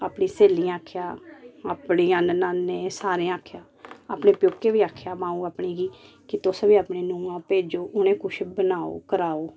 अपनी स्हेलियां आक्खेआ अपनियां ननानें सारें गी आखेआ अपने प्योके बी आखेआ माऊ अपनी गी तुस बी अपने नूहां भेजो उनें कुछ बनाओ कराओ